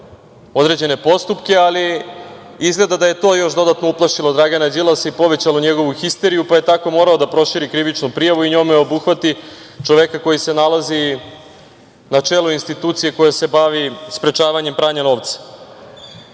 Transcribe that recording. određene postupke. Ali, izgleda da je to još dodatno uplašilo Dragana Đilasa i povećalo njegovu histeriju, pa je tako morao da proširi krivičnu prijavu i njome obuhvati čoveka koji se nalazi i na čelu institucije koja se bavi sprečavanjem pranja novca. Kada